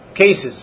cases